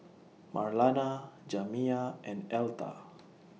Marlana Jamiya and Elta